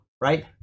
right